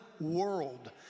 world